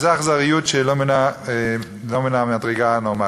וזו אכזריות שהיא לא מן המדרגה הנורמלית.